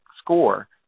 score